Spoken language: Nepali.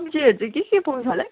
सब्जीहरू चाहिँ के के पाउँछ होला है